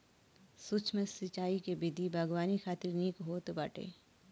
सूक्ष्म सिंचाई के विधि बागवानी खातिर निक होत बाटे